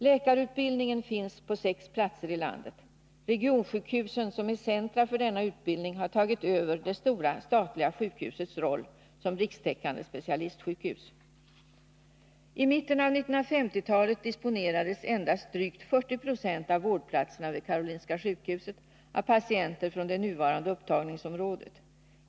Läkarutbildningen finns på sex platser i landet. Regionsjukhusen, som är centra för denna utbildning, har tagit över det stora statliga sjukhusets roll som rikstäckande specialistsjukhus. I mitten av 1950-talet disponerades endast drygt 40 960 av vårdplatserna vid KS av patienter från det nuvarande upptagningsområdet.